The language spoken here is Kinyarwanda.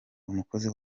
umukozi